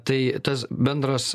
tai tas bendras